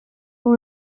who